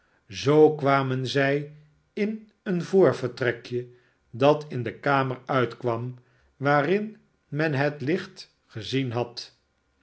zoo kwamen zij in een voorvertrekje dat in de kamer uitkwam waarin men het licht gezien had